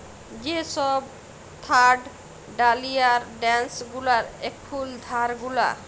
যে সব থার্ড ডালিয়ার ড্যাস গুলার এখুল ধার গুলা